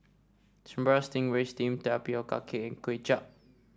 Sambal Stingray steamed Tapioca Cake and Kuay Chap